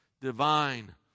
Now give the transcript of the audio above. divine